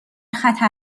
خطر